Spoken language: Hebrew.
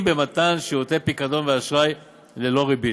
במתן שירותי פיקדון ואשראי ללא ריבית,